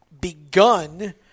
begun